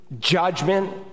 judgment